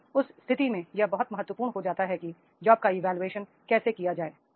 फिर उस स्थिति में यह बहुत महत्वपूर्ण हो जाता है कि जॉब का इवोल्यूशन कैसे किया जाए